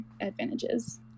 advantages